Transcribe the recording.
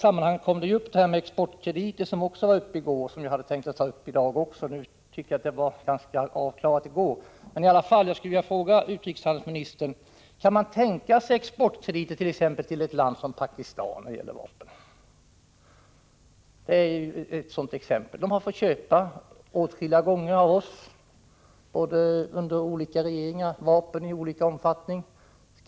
Frågan om exportkrediter debatterades också och klarades till en del av i går. Jag skulle ändå vilja fråga utrikeshandelsministern: Kan man tänka sig exportkrediter när det gäller vapen t.ex. till ett land som Pakistan? De har åtskilliga gånger, under olika regeringar, fått köpa vapen i olika omfattning av oss.